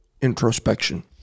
introspection